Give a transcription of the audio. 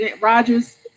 Rogers